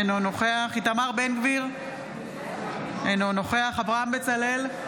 אינו נוכח איתמר בן גביר, אינו נוכח אברהם בצלאל,